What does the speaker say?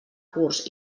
curs